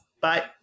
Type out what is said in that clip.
Bye